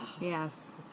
Yes